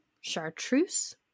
chartreuse